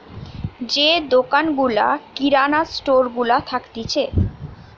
যে দোকান গুলা কিরানা স্টোর গুলা থাকতিছে